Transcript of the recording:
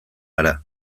gara